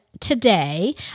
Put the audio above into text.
Today